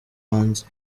hanze